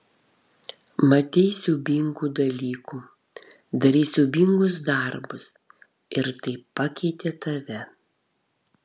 matei siaubingų dalykų darei siaubingus darbus ir tai pakeitė tave